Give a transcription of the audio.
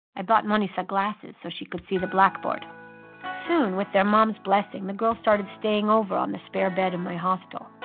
i bought manisha glasses so she could see the blackboard soon, with their mom's blessing, the girls started staying over on the spare bed in my hostel.